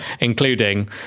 including